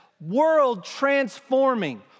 world-transforming